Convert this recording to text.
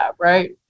right